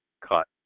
cut